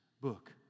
book